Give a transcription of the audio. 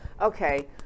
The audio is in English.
Okay